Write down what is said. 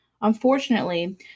Unfortunately